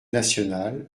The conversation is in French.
nationale